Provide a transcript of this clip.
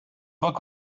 book